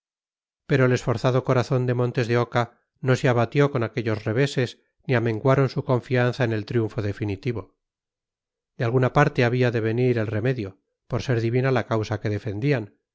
pero el esforzado corazón de montes de oca no se abatió con aquellos reveses ni amenguaron su confianza en el triunfo definitivo de alguna parte había de venir el remedio por ser divina la causa que defendían